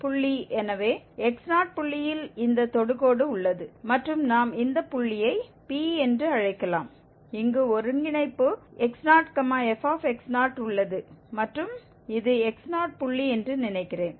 புள்ளி எனவே x0 புள்ளியில் இந்த தொடுகோடு உள்ளது மற்றும் நாம் இந்த புள்ளியை P என்று அழைக்கலாம் இங்கு ஒருங்கிணைப்பு x0 f உள்ளது மற்றும் இது x0 புள்ளி என்று நினைக்கிறேன்